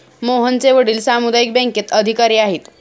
मोहनचे वडील सामुदायिक बँकेत अधिकारी आहेत